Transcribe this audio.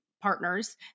partners